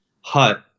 hut